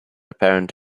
apparent